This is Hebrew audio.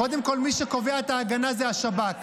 קודם כול, מי שקובע את ההגנה זה השב"כ.